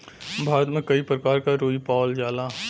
भारत में कई परकार क रुई पावल जाला